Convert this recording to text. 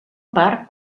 part